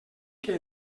que